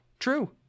True